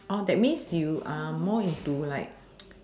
or that means you are more into like